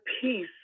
peace